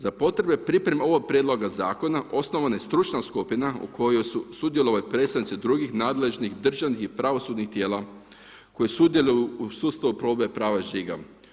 Za potrebe pripreme ovoga Prijedloga zakona osnovana je stručna skupina u kojoj su sudjelovali predstavnici drugih nadležnih državnih i pravosudnih tijela koji sudjeluju u sustavu provedbe prava žiga.